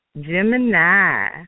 Gemini